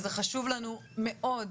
זה חשוב לנו מאוד,